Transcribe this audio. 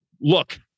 look